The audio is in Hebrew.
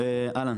אהלן,